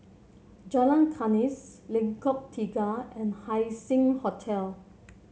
Jalan Kandis Lengkong Tiga and Haising Hotel